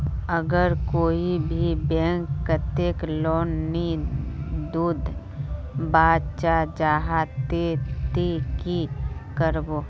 अगर कोई भी बैंक कतेक लोन नी दूध बा चाँ जाहा ते ती की करबो?